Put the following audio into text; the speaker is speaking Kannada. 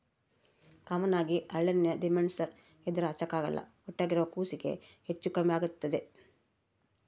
ಕಾಮನ್ ಆಗಿ ಹರಳೆಣ್ಣೆನ ದಿಮೆಂಳ್ಸೇರ್ ಇದ್ರ ಹಚ್ಚಕ್ಕಲ್ಲ ಹೊಟ್ಯಾಗಿರೋ ಕೂಸ್ಗೆ ಹೆಚ್ಚು ಕಮ್ಮೆಗ್ತತೆ